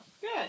Good